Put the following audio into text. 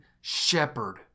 shepherd